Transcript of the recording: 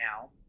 now